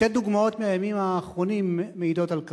שתי דוגמאות מהימים האחרונים מעידות על כך.